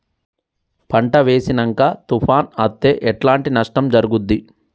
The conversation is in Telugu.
పంట వేసినంక తుఫాను అత్తే ఎట్లాంటి నష్టం జరుగుద్ది?